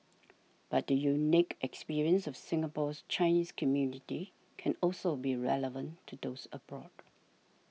but the unique experience of Singapore's Chinese community can also be relevant to those abroad